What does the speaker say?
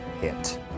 hit